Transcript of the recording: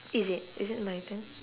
is it is it my turn